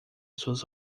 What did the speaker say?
suas